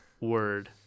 word